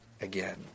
again